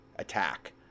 attack